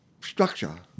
structure